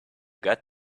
got